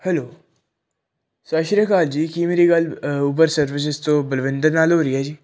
hello ਸਤਿ ਸ਼੍ਰੀ ਅਕਾਲ ਜੀ ਕੀ ਮੇਰੀ ਗੱਲ ਊਬਰ ਸਰਵਿਸਿਜ਼ ਤੋਂ ਬਲਵਿੰਦਰ ਨਾਲ ਹੋ ਰਹੀ ਹੈ ਜੀ